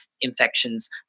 infections